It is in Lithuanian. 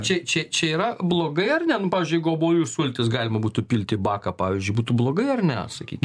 čia čia čia yra blogai ar ne nu pavyzdžiui jeigu obuolių sultis galima būtų pilti į baką pavyzdžiui būtų blogai ar ne sakykim